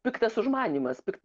piktas užmanymas pikti